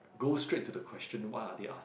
go straight to the question what are they ask